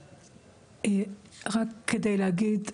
רק כדי להגיד,